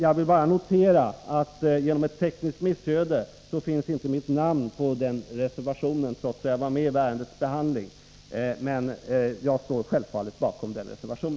Jag vill bara påpeka att mitt namn på grund av ett tekniskt missöde inte finns med under den reservationen, trots att jag var med vid ärendets behandling. Jag står självfallet bakom den.